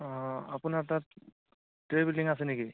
অ' আপোনাৰ তাত ট্ৰেভেলিং আছে নেকি